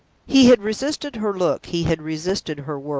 he had resisted her look, he had resisted her words,